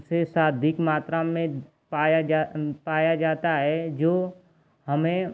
उसे अधिक मात्रा में पाया जा पाया जाता है जो हमें